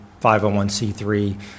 501c3